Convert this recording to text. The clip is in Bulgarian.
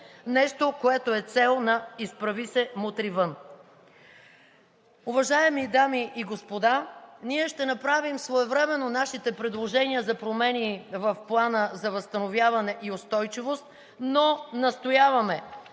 нещо, което е цел на „Изправи се! Мутри вън!“. Уважаеми дами и господа, ние ще направим своевременно нашите предложения за промени в Плана за възстановяване и устойчивост, но настояваме